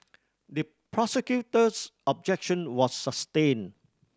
the prosecutor's objection was sustained